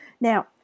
Now